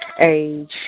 age